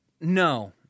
no